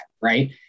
right